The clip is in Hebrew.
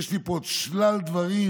יש לי פה עוד שלל דברים.